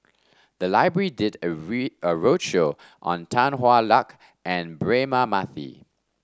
the library did a a roadshow on Tan Hwa Luck and Braema Mathi